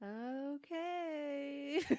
Okay